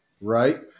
right